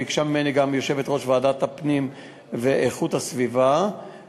ביקשה ממני גם יושבת-ראש ועדת הפנים והגנת הסביבה,